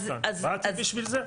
באתי בשביל זה.